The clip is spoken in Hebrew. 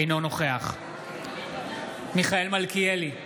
אינו נוכח מיכאל מלכיאלי,